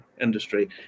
industry